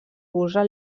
usa